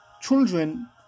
children